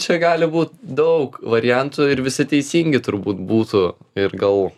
čia gali būt daug variantų ir visi teisingi turbūt būtų ir gal